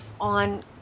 on